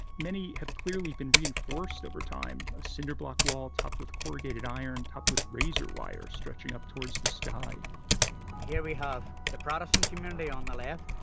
many have clearly been reinforced over time. a cinder block wall topped with corrugated iron topped with razor wires stretching up towards the sky here, we have the protestant community on the left,